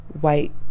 white